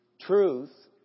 Truth